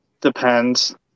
depends